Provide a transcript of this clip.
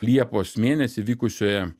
liepos mėnesį vykusioje